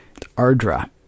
Ardra